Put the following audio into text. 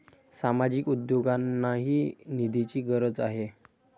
सामाजिक उद्योगांनाही निधीची गरज आहे